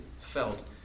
felt